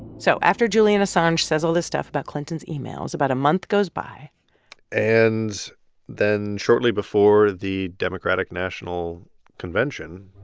so after julian assange says all this stuff about clinton's emails, about a month goes by and then shortly before the democratic national convention,